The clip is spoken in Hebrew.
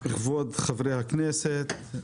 כבוד חברי הכנסת,